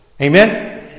Amen